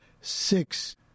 six